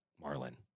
marlin